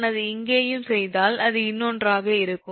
நாம் அதை இங்கேயும் செய்தால் அது இன்னொன்றாக இருக்கும்